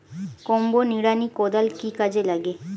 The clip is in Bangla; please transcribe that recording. কম্বো নিড়ানি কোদাল কি কাজে লাগে?